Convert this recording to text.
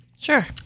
Sure